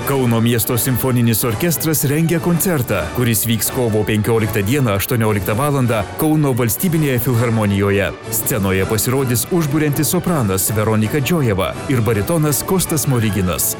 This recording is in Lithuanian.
kauno miesto simfoninis orkestras rengia koncertą kuris vyks kovo penkioliktą dieną aštuonioliktą valandą kauno valstybinėje filharmonijoje scenoje pasirodys užburiantis sopranas veronika džioheva ir baritonas kostas smoriginas